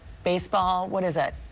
baseball, what is it?